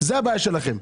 וזאת הבעיה שלכם.